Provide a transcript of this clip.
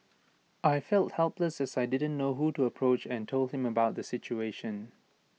I felt helpless as I didn't know who to approach and told him about the situation